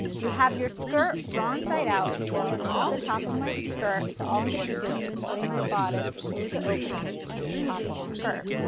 you have your skirt, wrong side out still and this is the top of my skirt, so all i'm going to be doing is putting my bodice through the opening at the top of the skirt.